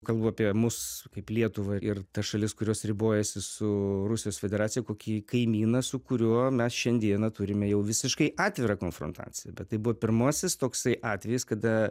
kalbu apie mus kaip lietuvą ir tas šalis kurios ribojasi su rusijos federacija kokį kaimyną su kuriuo mes šiandieną turime jau visiškai atvirą konfrontaciją bet tai buvo pirmasis toksai atvejis kada